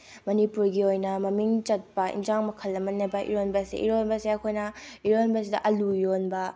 ꯃꯅꯤꯄꯨꯔꯒꯤ ꯑꯣꯏꯅ ꯃꯃꯤꯡ ꯆꯠꯄ ꯑꯦꯟꯁꯥꯡ ꯃꯈꯜ ꯑꯃꯅꯦꯕ ꯏꯔꯣꯟꯕꯁꯦ ꯏꯔꯣꯟꯕꯁꯦ ꯑꯩꯈꯣꯏꯅ ꯏꯔꯣꯟꯕꯁꯤꯗ ꯑꯥꯜꯂꯨ ꯏꯔꯣꯟꯕ